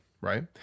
right